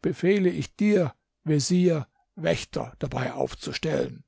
befehle ich dir vezier wächter dabei aufzustellen